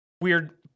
weird